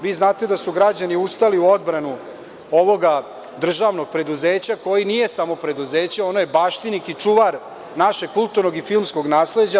Vi znate da su građani ustali u odbranu ovog državnog preduzeća koje nije samo preduzeće, ono je baštinik i čuvar našeg kulturnog i filmskog nasleđa.